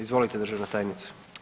Izvolite državna tajnice.